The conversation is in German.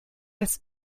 das